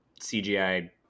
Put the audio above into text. CGI